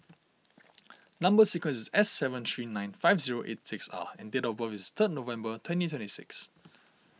Number Sequence is S seven three nine five zero eight six R and date of birth is third November twenty twenty six